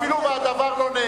אפילו הדבר לא נאמר.